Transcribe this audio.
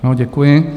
Ano, děkuji.